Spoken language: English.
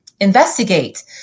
investigate